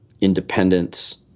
independence